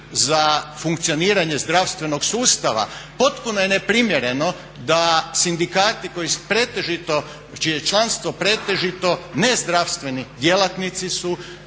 za funkcioniranje zdravstvenog sustava, potpuno je neprimjereno da sindikati čije članstvo pretežito nezdravstveni djelatnici su